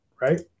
right